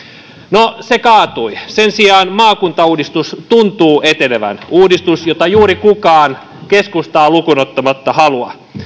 no se kaatui sen sijaan maakuntauudistus tuntuu etenevän uudistus jota juuri kukaan keskustaa lukuun ottamatta ei halua